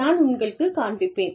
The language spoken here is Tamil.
நான் உங்களுக்குக் காண்பிப்பேன்